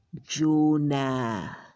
Jonah